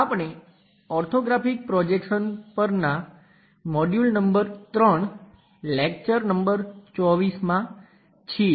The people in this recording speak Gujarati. આપણે ઓર્થોગ્રાફિક પ્રોજેક્શન્સ પરનાં મોડ્યુલ નંબર 3 લેક્ચર નંબર 24 માં છીએ